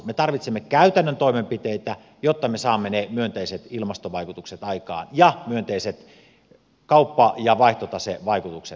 me tarvitsemme käytännön toimenpiteitä jotta me saamme ne myönteiset ilmastovaikutukset aikaan ja myönteiset kauppa ja vaihtotasevaikutukset aikaiseksi